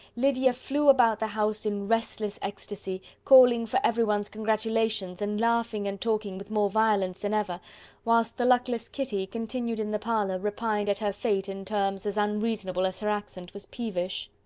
lydia flew about the house in restless ecstasy, calling for everyone's congratulations, and laughing and talking with more violence than and ever whilst the luckless kitty continued in the parlour repined at her fate in terms as unreasonable as her accent was peevish.